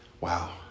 wow